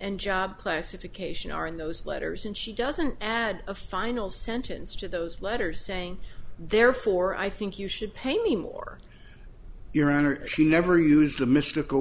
and job classification are in those letters and she doesn't add a final sentence to those letters saying therefore i think you should pay me more your honor she never used a mystical